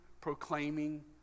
proclaiming